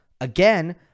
again